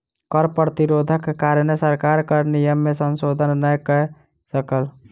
कर प्रतिरोधक कारणेँ सरकार कर नियम में संशोधन नै कय सकल